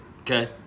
Okay